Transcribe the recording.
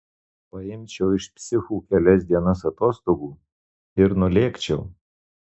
paimčiau iš psichų kelias dienas atostogų ir nulėkčiau